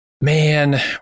Man